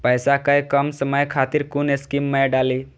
पैसा कै कम समय खातिर कुन स्कीम मैं डाली?